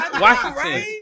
Washington